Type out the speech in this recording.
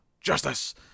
Justice